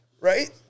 Right